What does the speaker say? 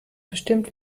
bestimmt